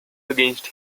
against